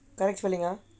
correct spelling ah